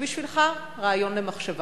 אז בשבילך, רעיון למחשבה.